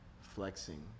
flexing